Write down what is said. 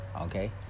okay